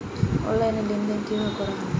Online লেনদেন কিভাবে করা হয়?